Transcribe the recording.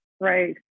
right